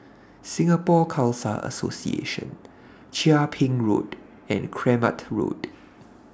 Singapore Khalsa Association Chia Ping Road and Kramat Road